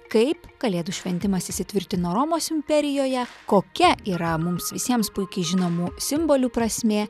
kaip kalėdų šventimas įsitvirtino romos imperijoje kokia yra mums visiems puikiai žinomų simbolių prasmė